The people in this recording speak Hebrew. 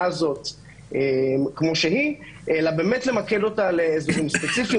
הזאת כמו שהיא אלא באמת למקד אותה למקרים ספציפיים,